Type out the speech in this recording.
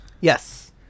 Yes